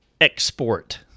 export